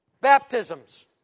baptisms